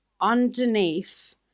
underneath